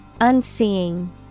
Unseeing